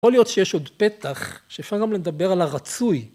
יכול להיות שיש עוד פתח שאפשר גם לדבר על הרצוי.